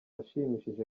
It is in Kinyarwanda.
ashimishije